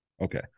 Okay